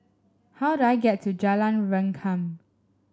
how do I get to Jalan Rengkam